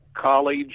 college